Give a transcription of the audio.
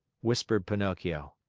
whispered pinocchio.